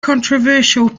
controversial